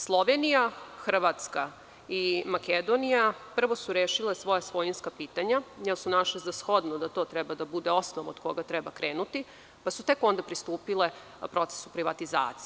Slovenija, Hrvatska i Makedonija prvo su rešile svoja svojinska pitanja, jer su našle za shodno da to treba da bude osnov od koga treba krenuti, pa su tek onda pristupile procesu privatizacije.